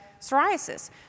psoriasis